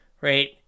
right